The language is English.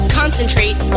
concentrate